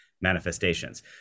manifestations